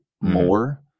more